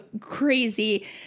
crazy